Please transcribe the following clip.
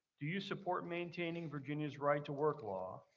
do you support maintaining virginia's right-to-work law?